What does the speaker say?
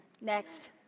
Next